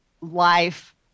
life